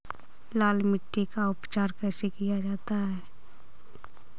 लाल मिट्टी का उपचार कैसे किया जाता है?